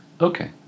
Okay